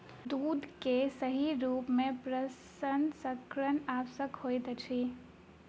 दूध के सही रूप में प्रसंस्करण आवश्यक होइत अछि